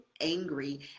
angry